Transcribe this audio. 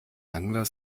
angler